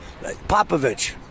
Popovich